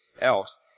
else